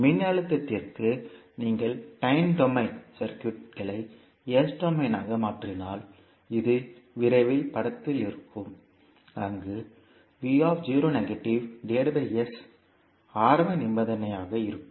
மின்னழுத்தத்திற்கு நீங்கள் time domain சர்க்யூட்களை s டொமைனாக மாற்றினால் இது விரைவில் படத்தில் இருக்கும் அங்கு ஆரம்ப நிபந்தனையாக இருக்கும்